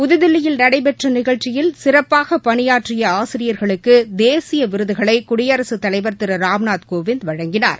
புதுதில்லியில் நடைபெற்ற நிகழ்ச்சியில் சிறப்பாக பணியாற்றிய ஆசிரியர்களுக்கு தேசிய விருதுகளை குடியரசுத் தலைவர் திரு ராம்நாத் கோவிந்த் வழங்கினார்